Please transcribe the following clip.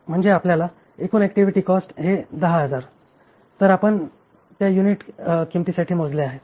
म्हणजे आपल्याला एकूण ऍक्टिव्हिटी कॉस्ट हे 10000 तर आपण त्या युनिट किंमतीसाठी मोजले आहे